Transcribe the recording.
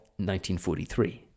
1943